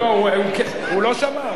הוא לא שמע,